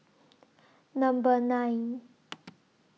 Number nine